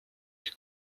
ich